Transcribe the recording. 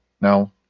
no